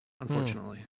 Unfortunately